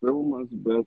filmas bet